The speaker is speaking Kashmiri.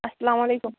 اَلسلامُ علیکُم